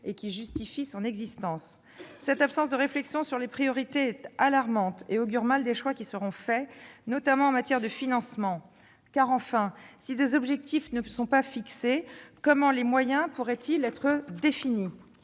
ce qui justifie son existence. Cette absence de réflexion sur les priorités est alarmante et augure mal des choix qui seront faits, notamment en matière de financement. Car enfin, si ces objectifs ne sont pas fixés, comment les moyens pourraient-ils être définis ?